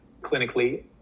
clinically